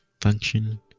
function